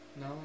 No